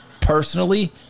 personally